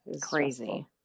crazy